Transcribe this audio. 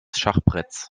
schachbretts